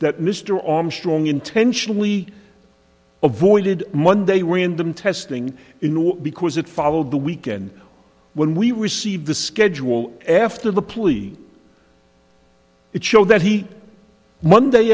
that mr orme strong intentionally avoided monday random testing in or because it followed the weekend when we received the schedule after the plea it showed that he monday